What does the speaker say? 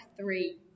three